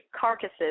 carcasses